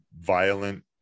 violent